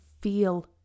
feel